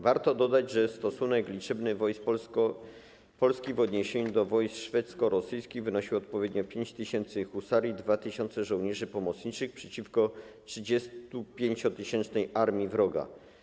Warto dodać, że stosunek liczebny wojsk Polski w odniesieniu do wojsk szwedzko-rosyjskich wynosił odpowiednio 5 tys. husarii, 2 tys. żołnierzy pomocniczych przeciwko 35-tysięcznej armii wroga.